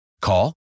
Call